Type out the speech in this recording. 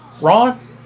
Ron